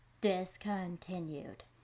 discontinued